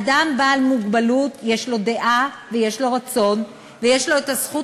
אדם בעל מוגבלות יש לו דעה ויש לו רצון ויש לו הזכות